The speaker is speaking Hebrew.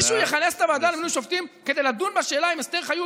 מישהו יכנס את הוועדה למינוי שופטים כדי לדון בשאלה אם אסתר חיות